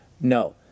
no